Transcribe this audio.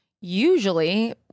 Usually